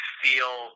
feel